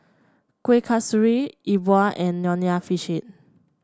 Kueh Kasturi E Bua and Nonya Fish Head